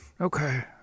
Okay